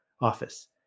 office